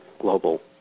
global